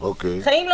חיים,